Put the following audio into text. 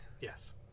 yes